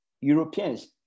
Europeans